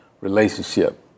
relationship